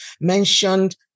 mentioned